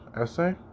essay